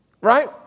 right